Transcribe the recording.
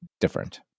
different